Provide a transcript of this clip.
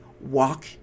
walk